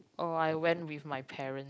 oh I went with my parent